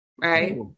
right